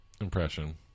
impression